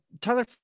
Tyler